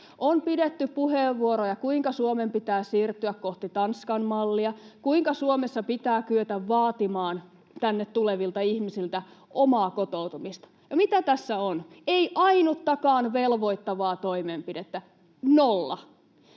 On pidetty puheenvuoroja, kuinka Suomen pitää siirtyä kohti Tanskan mallia ja kuinka Suomessa pitää kyetä vaatimaan tänne tulevilta ihmisiltä omaa kotoutumista. Ja mitä tässä on? Ei ainuttakaan velvoittavaa toimenpidettä — nolla.